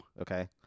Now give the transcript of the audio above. Okay